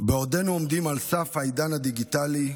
בעודנו עומדים על סף העידן הדיגיטלי,